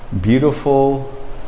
beautiful